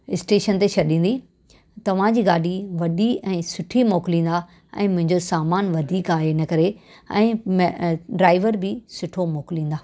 station ते छॾींदी तव्हां जी गाॾी वॾी ऐं सुठी मोकिलींदा ऐं मुंहिंजो सामानु वधीक आहे इन करे ऐं ड्राइवर बि सुठो मोकिलींदा